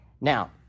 now